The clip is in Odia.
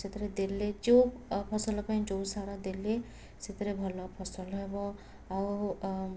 ସେଥିରେ ଦେଲେ ଯେଉଁ ଫସଲ ପାଇଁ ଯେଉଁ ସାର ଦେଲେ ସେଥିରେ ଭଲ ଫସଲ ହେବ ଆଉ